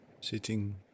sitting